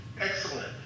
Excellent